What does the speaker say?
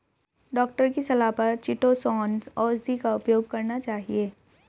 doctor की सलाह पर चीटोसोंन औषधि का उपयोग करना चाहिए